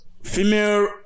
female